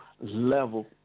level